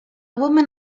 woman